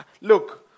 Look